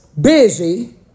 Busy